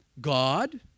God